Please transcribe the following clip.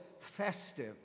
festive